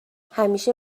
همیشه